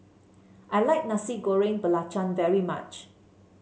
I like Nasi Goreng Belacan very much